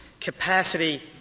capacity